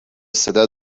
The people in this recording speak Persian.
صدا